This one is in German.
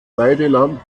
weideland